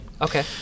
Okay